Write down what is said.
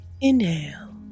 Inhale